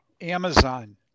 Amazon